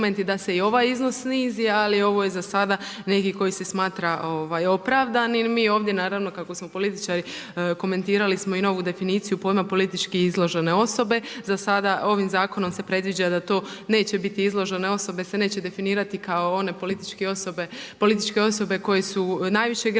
da se i ovaj iznos snizi, ali ovo je zasada neki koji se smatra opravdan i mi ovdje naravno, kako smo političari, komentirali smo i novu definiciju pojma politički izložene osobe. Zasada ovim zakonom se predviđa da to neće biti izložene osobe se neće definirati kao one političke osobe koje su najvišeg ranga